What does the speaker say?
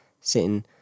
sitting